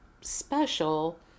special